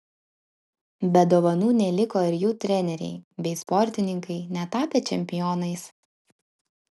be dovanų neliko ir jų treneriai bei sportininkai netapę čempionais